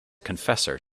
confessor